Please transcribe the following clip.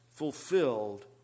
fulfilled